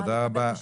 תודה רבה.